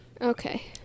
okay